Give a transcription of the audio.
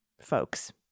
folks